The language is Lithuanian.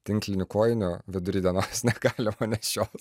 tinklinių kojinių vidury dienos negalima nešiot